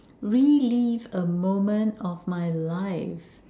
relive a moment of my life